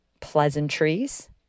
pleasantries